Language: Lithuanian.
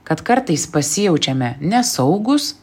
kad kartais pasijaučiame nesaugūs